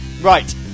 Right